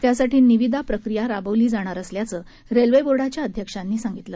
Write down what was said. त्यासाठी निवीदा प्रक्रिया राबविली जाणार असल्याचं रेल्वे बोर्डाच्या अध्यक्षांनी सांगितलं